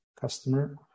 customer